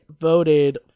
voted